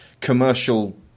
commercial